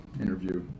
interview